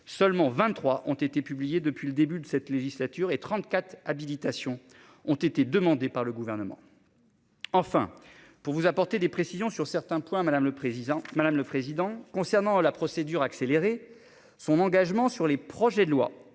seulement 23 ont été publiés depuis le début de cette législature et 34 habilitations ont été demandés par le gouvernement. Enfin pour vous apporter des précisions sur certains points Madame le président Madame, le président concernant la procédure accélérée, son engagement sur les projets de loi